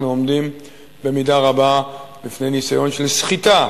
אנחנו עומדים במידה רבה לפני ניסיון של סחיטה,